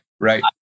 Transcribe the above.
right